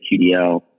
QDL